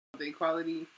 equality